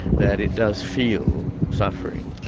that it does feel suffering.